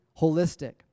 holistic